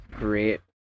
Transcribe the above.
great